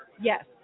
Yes